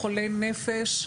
חולי נפש,